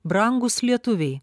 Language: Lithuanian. brangūs lietuviai